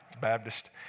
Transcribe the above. Baptist